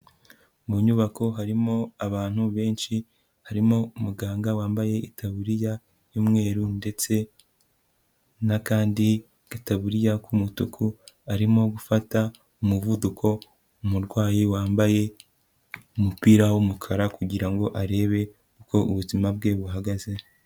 Mu nyubako harimo abantu benshi, harimo umuganga wambaye itabuririya y'umweru ndetse n'akandi gataburiya k'umutuku, arimo gufata umuvuduko umurwayi wambaye umupira w'umukara kugira ngo arebe uko ubuzima bwe buhagaze.